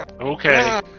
okay